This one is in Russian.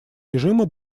режима